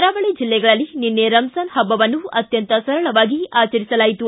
ಕರಾವಳಿ ಜಿಲ್ಲೆಗಳಲ್ಲಿ ನಿನ್ನೆ ರಮಜಾನ್ ಹಬ್ಬವನ್ನು ಸರಳವಾಗಿ ಆಚರಿಸಲಾಯಿತು